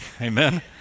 Amen